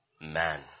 man